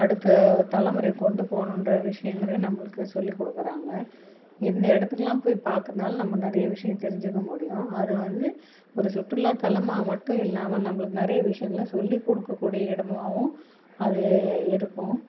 அடுத்த தலைமுறை கொண்டுப்போகணுன்ற விஷயங்களையும் நம்மளுக்கு சொல்லிக்கொடுக்குறாங்க இந்த இடத்துக்குலாம் போய் பார்க்குறதுனால நம்ம நிறைய விஷயம் தெரிஞ்சுக்கமுடியும் அது வந்து ஒரு சுற்றுலா தலமாக மட்டும் இல்லாமல் நம்மளுக்கு நிறைய விஷயங்களை சொல்லிக்கொடுக்கக்கூடிய இடமாவும் அது இருக்கும்